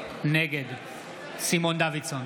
נגד סימון דוידסון,